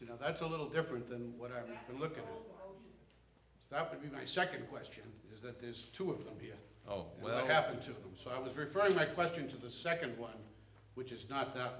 you know that's a little different than what i'm going to look at that would be my second question is that there's two of them here oh well i happen to have them so i was referring my question to the second one which is not that